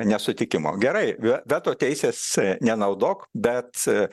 nesutikimo gerai veto teisės nenaudok bet